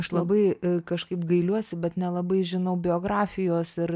aš labai kažkaip gailiuosi bet nelabai žinau biografijos ir